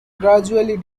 gradually